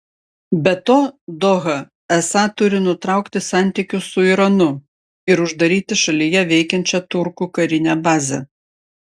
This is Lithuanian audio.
be to doha esą turi nutraukti santykius su iranu ir uždaryti šalyje veikiančią turkų karinę bazę